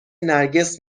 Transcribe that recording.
نرگس